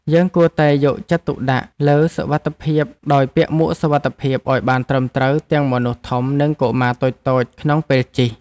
យើងគួរតែយកចិត្តទុកដាក់លើសុវត្ថិភាពដោយពាក់មួកសុវត្ថិភាពឱ្យបានត្រឹមត្រូវទាំងមនុស្សធំនិងកុមារតូចៗក្នុងពេលជិះ។